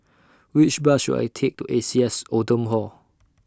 Which Bus should I Take to A C S Oldham Hall